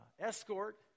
escort